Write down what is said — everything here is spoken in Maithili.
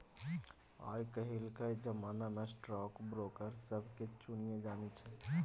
आय काल्हिक जमाना मे स्टॉक ब्रोकर सभके चानिये चानी छै